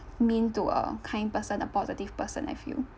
mean to a kind person a positive person I feel